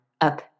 up